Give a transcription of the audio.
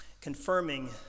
confirming